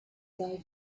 sei